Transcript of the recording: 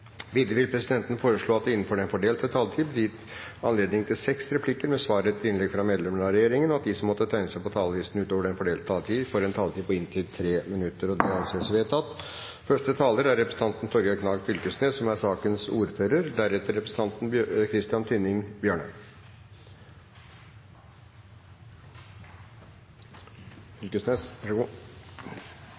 Videre vil presidenten foreslå at det blir gitt anledning til seks replikker med svar etter innlegg fra medlem av regjeringen innenfor den fordelte taletid, og at de som måtte tegne seg på talerlisten utover den fordelte taletid, får en taletid på inntil 3 minutter. – Det anses vedtatt. Eg vil først takke komiteen for god samhandling. Det er ein komité som fungerer veldig bra. Sjølv om vi av og til kjempar med fristar, så er det god